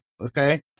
okay